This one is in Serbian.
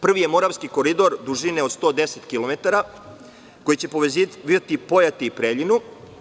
Prvi je moravski koridor dužine od 110 kilometara, koji će povezivati Pojate i Preljinu.